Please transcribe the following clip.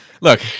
look